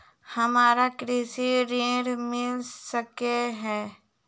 हमरा कृषि ऋण मिल सकै है?